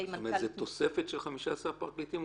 מנכ"ל --- זה תוספת של 15 פרקליטים,